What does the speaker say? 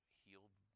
healed